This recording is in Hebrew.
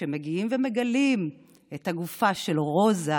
כשמגיעים ומגלים את הגופה של רוזה,